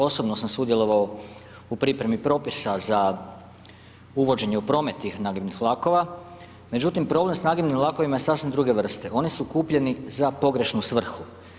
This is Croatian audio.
Osobno sam sudjelovao u pripremi propisa za uvođenje u promet tih nagibnih vlakova međutim problem s nagibnim vlakovima je sasvim druge vrste, oni su kupljeni za pogrešnu svrhu.